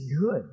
good